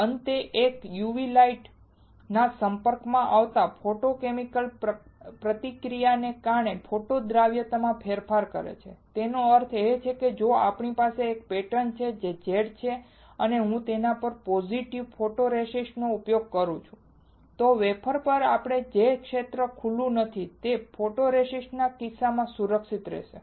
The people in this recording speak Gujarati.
અંતે તે UV લાઇટ ના સંપર્કમાં આવતા ફોટોકેમિકલ પ્રતિક્રિયાને કારણે ફોટો દ્રાવ્યતામાં ફેરફાર કરે છે તેનો અર્થ એ કે જો આપણી પાસે એક પેટર્ન છે જે Z છે અને હું તેના પર પોઝિટિવ ફોટોરેસિસ્ટનો ઉપયોગ કરું છું તો વેફર પર જે ક્ષેત્ર ખુલ્લું નથી તે ફોટોરેસિસ્ટ ના કિસ્સામાં સુરક્ષિત રહેશે